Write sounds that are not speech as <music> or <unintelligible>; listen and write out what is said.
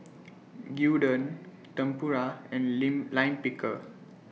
<noise> Gyudon Tempura and <unintelligible> Lime Pickle